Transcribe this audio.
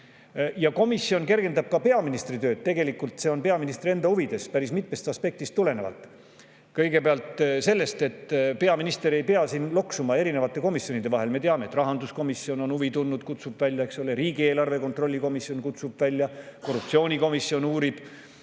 Komisjon kergendab ka peaministri tööd. Tegelikult on see peaministri enda huvides päris mitmest aspektist tulenevalt. Kõigepealt, peaminister ei pea siis loksuma erinevate komisjonide vahel. Me teame, et rahanduskomisjon on huvi tundnud ja kutsub välja, eks ole, riigieelarve kontrolli komisjon kutsub välja, korruptsioonikomisjon uurib,